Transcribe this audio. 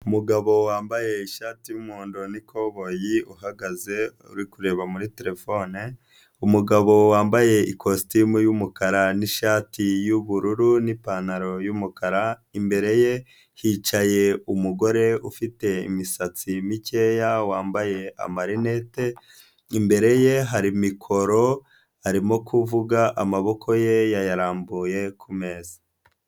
Umugabo wambaye ishati y'umuhondo nikoboyi uhagaze uri kureba muri terefone, umugabo wambaye ikositimu y'umukara nishati y'ubururu n'ipantaro y'umukara imbere ye yicaye umugore ufite imisatsi mikeya wambaye amarineti, imbere ye hari mikoro arimo kuvuga amaboko ye yayarambuye kumeza.